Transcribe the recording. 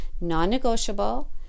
non-negotiable